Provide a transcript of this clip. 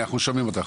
שלום.